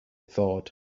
thought